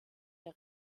der